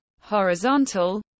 horizontal